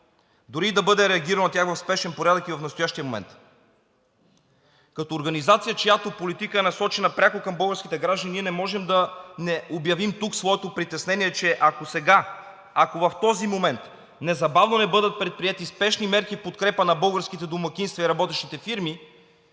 дори и да бъде реагирано на тях в спешен порядък и в настоящия момент. Като организация, чиято политика е насочена пряко към българските граждани, ние не можем да не обявим тук своето притеснение, че ако сега, ако в този момент незабавно не бъдат предприети спешни мерки в подкрепа на българските домакинства и работещите фирми,